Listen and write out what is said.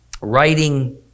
writing